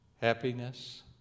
happiness